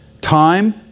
time